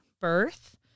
birth